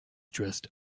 dressed